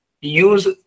use